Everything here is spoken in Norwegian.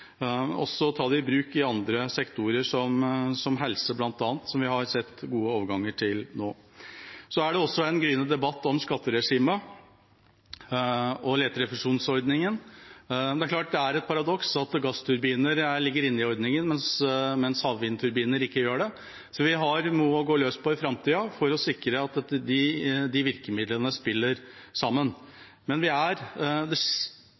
også å ta dem i bruk i andre sektorer, som helse, bl.a., som vi nå har sett gode overganger til. Det er også en gryende debatt om skatteregimet og leterefusjonsordningen. Det er klart det er et paradoks at gassturbiner ligger inne i ordningen, mens havvindturbiner ikke gjør det. Så vi har noe å gå løs på i framtida for å sikre at de virkemidlene spiller